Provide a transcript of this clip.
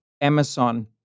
amazon